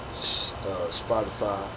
Spotify